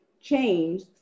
Change